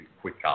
quicker